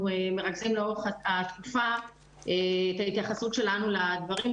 מרכזים לאורך התקופה ומביאה את ההתייחסות שלנו לדברים.